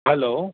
hello